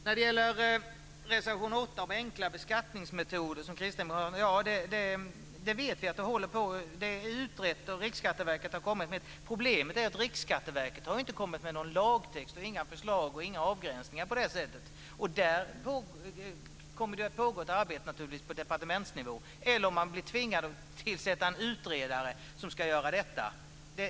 När det gäller reservation 8 om enklare beskattningsmetod för småföretag, som Kristdemokraterna står bakom, vet vi att det pågår ett arbete. Frågan är utredd, och Riksskatteverket har lagt fram en rapport. Problemet är att Riksskatteverket inte har kommit med någon lagtext, inga förslag och inga avgränsningar på det sättet. I det avseendet kommer det naturligtvis att pågå ett arbete på departementsnivå eller också blir man tvingad att tillsätta en utredare som ska göra detta.